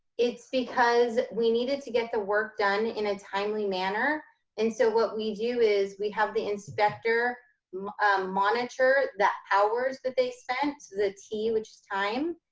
it's because we needed to get the work done in a timely manner. and so what we do is we have the inspector monitor the hours that they spent the t, which is time,